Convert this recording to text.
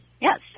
yes